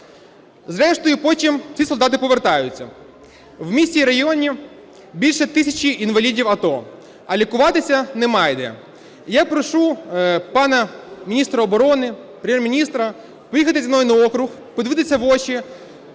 Зрештою потім ці солдати повертаються. В місті і районі більше тисячі інвалідів АТО, а лікуватися немає де. Я прошу пана міністра оборони, Прем'єр-міністра поїхати зі мною на округ, подивитися в очі